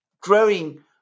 growing